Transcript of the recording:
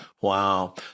Wow